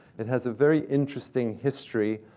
it has a very interesting history,